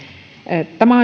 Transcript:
tämä